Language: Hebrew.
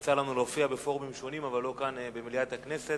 יצא לנו להופיע בפורומים שונים אבל לא כאן במליאת הכנסת.